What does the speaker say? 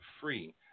free